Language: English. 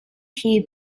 few